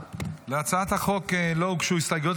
להצעת החוק לא הוגשו הסתייגויות,